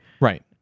Right